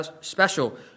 special